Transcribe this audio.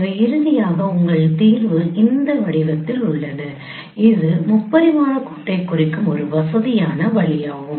எனவே இறுதியாக உங்கள் தீர்வு இந்த வடிவத்தில் உள்ளது எனவே இது முப்பரிமாண கோட்டைக் குறிக்கும் ஒரு வசதியான வழியாகும்